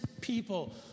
people